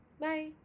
bye